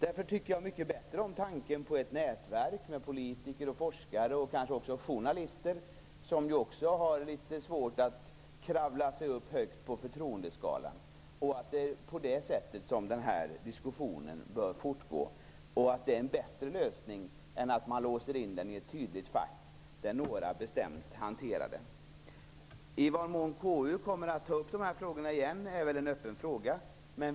Därför tycker jag mycket bättre om tanken på ett nätverk med politiker, forskare och kanske också journalister. Journalister har ju också litet svårt att kravla sig upp högt på förtroendeskalan. Det är på det sättet den här diskussionen bör fortgå. Det är en bättre lösning än att låsa in problemet i ett tydligt fack där bara några hanterar det. I vad mån KU kommer att ta upp dessa frågor igen är en öppen fråga.